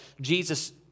Jesus